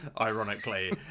ironically